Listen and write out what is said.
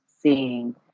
seeing